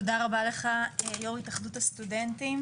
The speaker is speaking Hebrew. תודה רבה לך יו"ר התאחדות הסטודנטים.